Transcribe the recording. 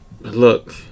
look